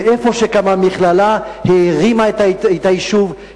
איפה שקמה מכללה היא הרימה את היישוב,